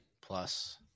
Plus